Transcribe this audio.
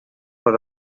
per